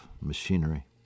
machinery